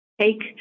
take